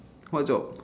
what job